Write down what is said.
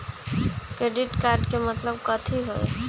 Credit card के मतलब कथी होई?